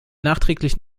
nachträglich